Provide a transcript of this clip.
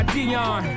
Dion